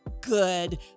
good